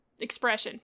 expression